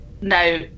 now